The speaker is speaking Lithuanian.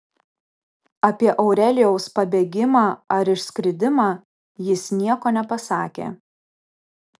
apie aurelijaus pabėgimą ar išskridimą jis nieko nepasakė